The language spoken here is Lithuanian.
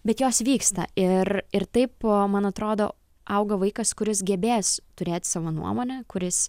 bet jos vyksta ir ir taip man atrodo auga vaikas kuris gebės turėt savo nuomonę kuris